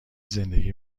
زندگی